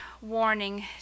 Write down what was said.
warning